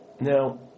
Now